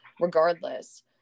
regardless